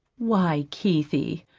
why, keithie,